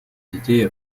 детей